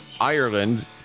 Ireland